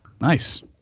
Nice